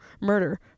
murder